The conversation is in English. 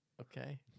Okay